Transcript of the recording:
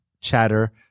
chatter